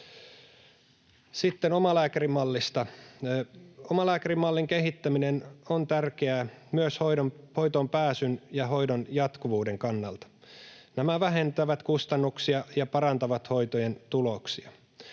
Sitten omalääkärimallista: Omalääkärimallin kehittäminen on tärkeää myös hoitoonpääsyn ja hoidon jatkuvuuden kannalta. Nämä vähentävät kustannuksia ja parantavat hoitojen tuloksia.